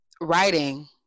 writing